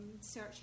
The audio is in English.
search